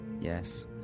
Yes